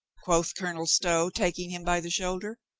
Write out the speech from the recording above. quoth colonel stow, taking him by the shoulder,